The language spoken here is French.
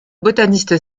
botaniste